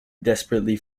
desperately